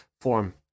form